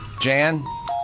Jan